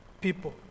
people